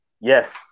Yes